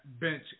bench